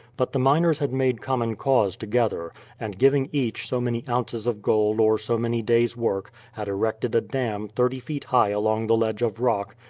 but the miners had made common cause together, and giving each so many ounces of gold or so many days' work had erected a dam thirty feet high along the ledge of rock,